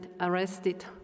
arrested